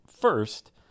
first